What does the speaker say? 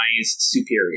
Superior